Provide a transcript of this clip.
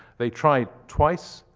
they tried twice,